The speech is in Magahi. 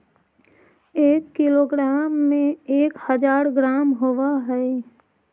एक किलोग्राम में एक हज़ार ग्राम होव हई